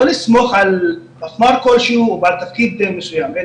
לא לסמוך על בעל תפקיד מסוים,